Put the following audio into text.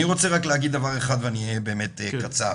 אני רוצה רק להגיד דבר אחד ואני באמת אהיה קצר.